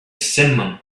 simum